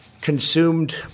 consumed